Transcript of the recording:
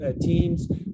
teams